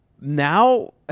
Now